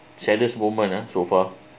saddest moment uh so far